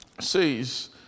says